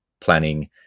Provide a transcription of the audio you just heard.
planning